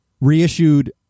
reissued